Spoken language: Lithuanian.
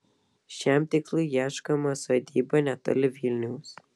šiam tikslui ieškoma sodyba netoli vilniaus